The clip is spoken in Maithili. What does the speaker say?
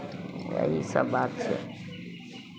तऽ इसभ बात छै